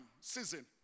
season